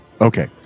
okay